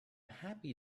happy